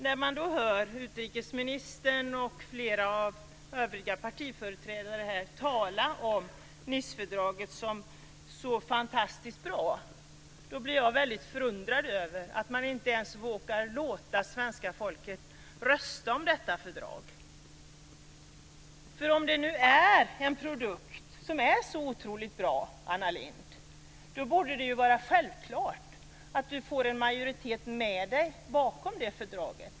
När man då hör utrikesministern och flera av de övriga partiföreträdarna här tala om Nicefördraget som så fantastiskt bra blir jag väldigt förundrad över att man inte ens vågar låta svenska folket rösta om detta fördrag. För om det nu är en produkt som är så otroligt bra, Anna Lindh, borde det ju vara självklart att man får en majoritet med sig bakom fördraget.